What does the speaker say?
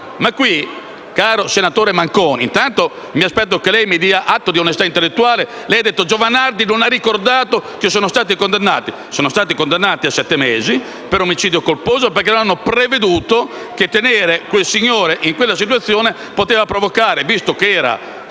Caro senatore Manconi, intanto mi aspetto che lei mi dia atto della mia onestà intellettuale, visto che lei ha detto che il senatore Giovanardi non ha ricordato che sono stati condannati. Sono stati condannati a sette mesi per omicidio colposo, perché non hanno previsto che tenere quel signore in quella posizione poteva provocare, visto che era